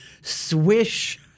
Swish